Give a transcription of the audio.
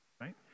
right